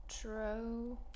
True